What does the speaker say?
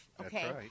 Okay